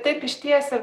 taip išties ir